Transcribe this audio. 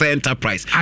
Enterprise